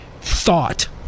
thought